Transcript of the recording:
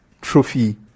trophy